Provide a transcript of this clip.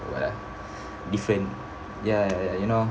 what ah different ya ya ya you know